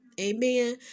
Amen